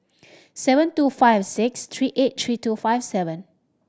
seven two five six three eight three two five seven